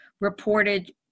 reported